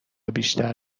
بیشتر